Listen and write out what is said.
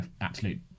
absolute